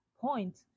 point